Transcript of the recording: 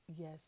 yes